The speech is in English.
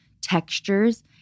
textures